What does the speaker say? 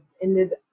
ended